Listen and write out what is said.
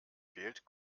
fehlt